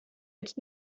jetzt